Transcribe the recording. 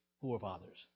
forefathers